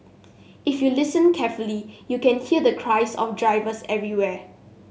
if you listen carefully you can hear the cries of drivers everywhere